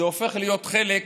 זה הופך להיות חלק,